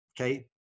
okay